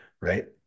right